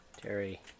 Terry